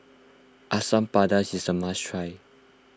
Asam Pedas is a must try